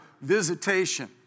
visitation